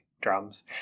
drums